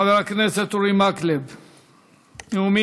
חבר הכנסת אורי מקלב נואמים,